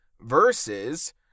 versus